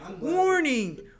Warning